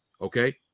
okay